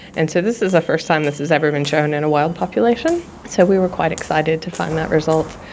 and so this is the first time this has ever been shown in a wild population. so we were quite excited to find that result.